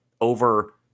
over